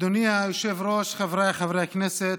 אדוני היושב-ראש, חבריי חברי הכנסת,